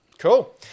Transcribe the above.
Cool